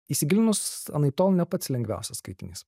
įsigilinus anaiptol ne pats lengviausias skaitinys